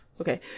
Okay